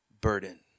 burden